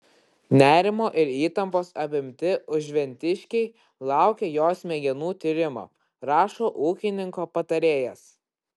nerimo ir įtampos apimti užventiškiai laukia jos smegenų tyrimo rašo ūkininko patarėjas